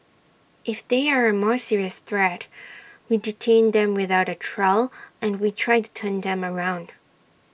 if they are A more serious threat we detain them without trial and we try and turn them around